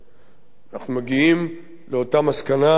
אנחנו מגיעים לאותה מסקנה, כנראה